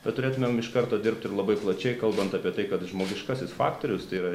bet turėtumėm iš karto dirbti ir labai plačiai kalbant apie tai kad žmogiškasis faktoriustai yra